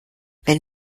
wenn